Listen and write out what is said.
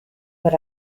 but